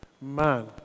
man